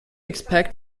expect